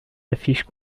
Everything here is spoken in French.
affiches